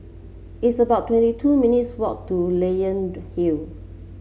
it's about twenty two minutes' walk to Leyden Hill